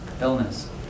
illness